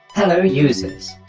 hello users!